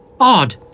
Odd